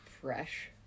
fresh